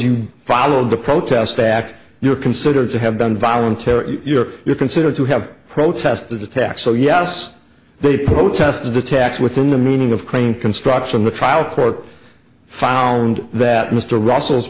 you follow the protest fact you're considered to have done voluntary you're you're considered to have protested the tax so yes they protested the tax within the meaning of crane construction the trial court found that mr russell's